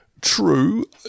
True